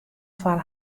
foar